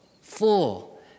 Full